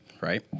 right